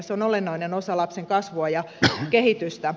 se on olennainen osa lapsen kasvua ja kehitystä